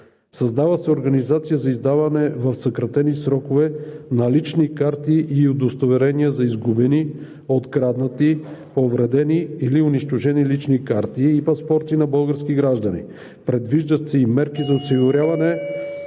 Създава се организация за издаване в съкратени срокове на лични карти и удостоверения за изгубени, откраднати, повредени или унищожени лични карти и паспорти на български граждани. (Председателят дава сигнал,